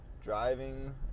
driving